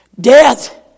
Death